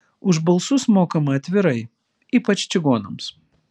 už balsus mokama atvirai ypač čigonams